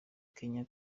kenya